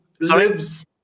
lives